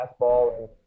fastball